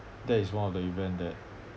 that is one of the event that